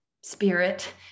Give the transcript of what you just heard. spirit